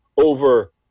over